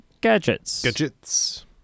gadgets